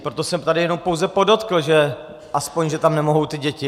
Proto jsem tady jenom pouze podotkl aspoň, že tam nemohou ty děti.